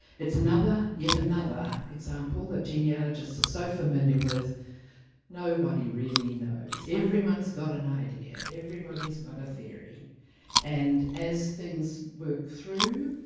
it's another, yet another example that genealogists are so familiar with nobody really knows, everyone's got an idea, everybody's got a theory and as things work through